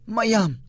Mayam